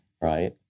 right